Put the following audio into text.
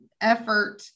effort